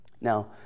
Now